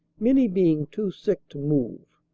many being too sick to move.